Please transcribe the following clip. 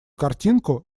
картинку